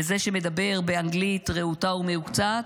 לזה שמדבר באנגלית רהוטה ומהוקצעת,